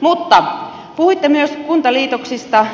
mutta puhuitte myös kuntaliitoksista